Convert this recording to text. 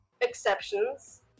exceptions